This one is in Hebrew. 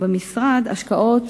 במשרד השקעות